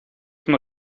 von